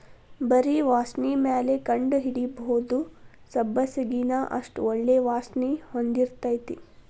ಬರಿ ವಾಸ್ಣಿಮ್ಯಾಲ ಕಂಡಹಿಡಿಬಹುದ ಸಬ್ಬಸಗಿನಾ ಅಷ್ಟ ಒಳ್ಳೆ ವಾಸ್ಣಿ ಹೊಂದಿರ್ತೈತಿ